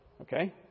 Okay